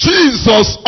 Jesus